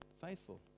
faithful